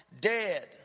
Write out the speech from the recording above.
dead